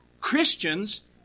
Christians